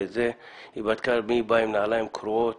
היא בדקה מי בא עם נעליים קרועות